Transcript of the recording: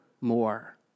more